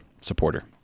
supporter